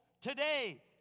today